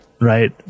right